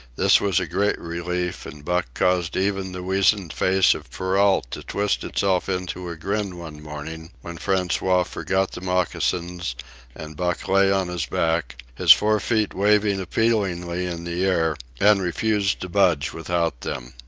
this was a great relief, and buck caused even the weazened face of perrault to twist itself into a grin one morning, when francois forgot the moccasins and buck lay on his back, his four feet waving appealingly in the air, and refused to budge without them.